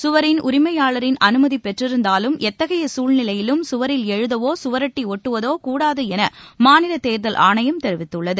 சுவரின் உரிமையாளரின் அனுமதி பெற்றிருந்தாலும் எத்தகைய சூழ்நிலையிலும் சுவரில் எழுதுவதோ சுவரொட்டி ஒட்டுவதோ கூடாது என மாநிலத் தேர்தல் ஆணையம் தெரிவித்துள்ளது